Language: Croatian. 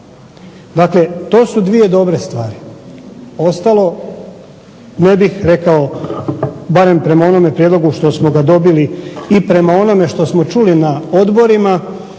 Dakle to su dvije dobre stvari. Ostalo ne bih rekao, barem prema onome prijedlogu što smo ga dobili i prema onome što smo čuli na odborima,